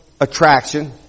attraction